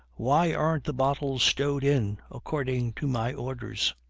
why arn't the bottles stowed in, according to my orders?